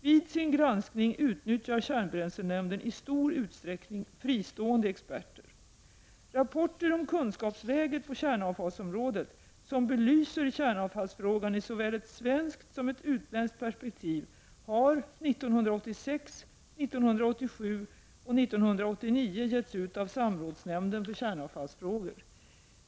Vid sin granskning utnyttjar kärnbränslenämnden i stor utsträckning fristående experter. Rapporter om kunskapsläget på kärnavfallsområdet som belyser kärnavfallsfrågan i såväl ett svenskt som ett utländskt perspektiv har 1986, 1987 och 1989 getts ut av samrådsnämnden för kärnavfallsfrågor.